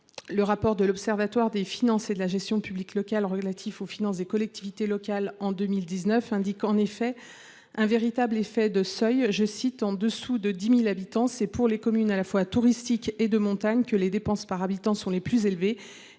Le rapport que l’Observatoire des finances et de la gestion publique locales a consacré aux finances des collectivités locales en 2019 relève en effet un véritable effet de seuil :« En dessous de 10 000 habitants, c’est pour les communes à la fois touristiques et de montagne que les dépenses par habitant sont les plus élevées,